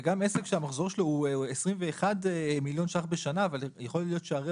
יכול להיות עסק שהמחזור שלו הוא 21 מיליון שקלים בשנה,